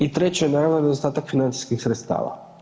I treće naravno nedostatak financijskih sredstava.